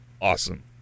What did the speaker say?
awesome